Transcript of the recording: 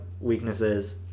weaknesses